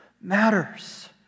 matters